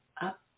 up